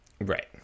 Right